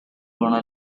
gonna